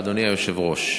אדוני היושב-ראש,